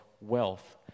wealth